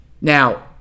Now